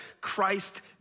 Christ